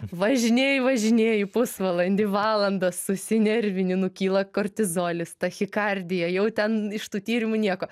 važinėji važinėji pusvalandį valandą susinervini kyla kortizolis tachikardija jau ten iš tų tyrimų nieko